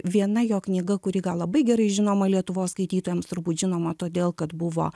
viena jo knyga kuri gal labai gerai žinoma lietuvos skaitytojams turbūt žinoma todėl kad buvo